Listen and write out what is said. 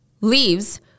leaves